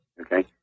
Okay